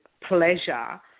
pleasure